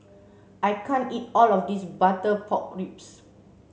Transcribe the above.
I can't eat all of this butter pork ribs